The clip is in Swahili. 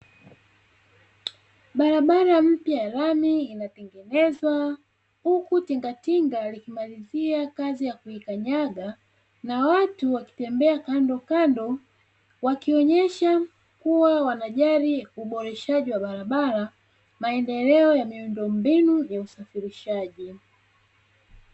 Barabara mpya lami inayotengenezwa huku tingatinga likimalizia kazi ya kuikanyaga, na watu wakitembea kandokando, wakionesha kuwa wanajali uboreshaji wa barabara, maendeleo ya miundombinu na usafirishaji.